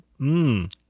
Mmm